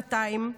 במשך שנתיים,